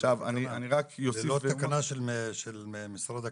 ללא תקנה של משרד הכלכלה.